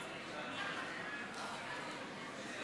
בקיצור, היו דעות שונות, שלא נאמר גם סוג